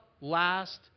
last